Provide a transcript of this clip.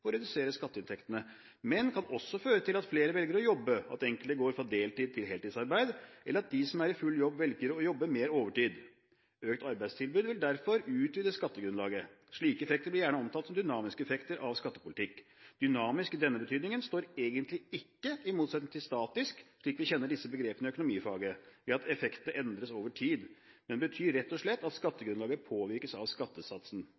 og redusere skatteinntektene, men kan også føre til at flere velger å jobbe, at enkelte går fra deltids- til heltidsarbeid, eller at de som er i full jobb velger å jobbe mer overtid. Økt arbeidstid vil derfor utvide skattegrunnlaget. Slike effekter blir gjerne omtalt som «dynamiske effekter» av skattepolitikk. «Dynamisk» i denne betydningen står egentlig ikke i motsetning til «statisk» slik vi kjenner disse begrepene i økonomifaget, ved at effektene endres over tid, men betyr rett og slett at skattegrunnlaget påvirkes av skattesatsen.